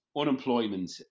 unemployment